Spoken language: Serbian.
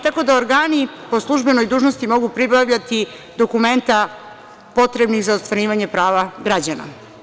Tako da, organi po službenoj dužnosti mogu pribavljati dokumenta potrebna za ostvarivanje prava građana.